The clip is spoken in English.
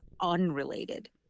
unrelated